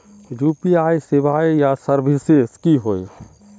UPI सेवाएँ या services की होय?